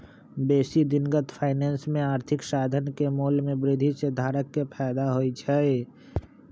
बेशी दिनगत फाइनेंस में आर्थिक साधन के मोल में वृद्धि से धारक के फयदा होइ छइ